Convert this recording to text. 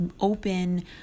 open